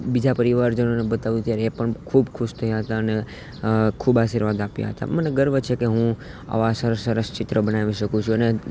બીજા પરિવારજનોને બતાવ્યું ત્યારે એ પણ ખૂબ ખુશ થયા હતા અને ખૂબ આશીર્વાદ આપ્યા હતા મને ગર્વ છે કે હું આવાં સરસ સરસ ચિત્ર બનાવી શકું છુ અને